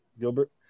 Gilbert